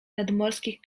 nadmorskich